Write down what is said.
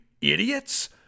idiots